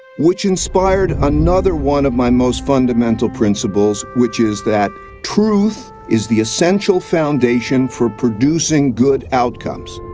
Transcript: which inspired another one of my most fundamental principles which is that truth is the essential foundation for producing good outcomes.